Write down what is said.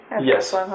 Yes